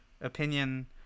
opinion